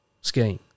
skiing